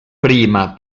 prima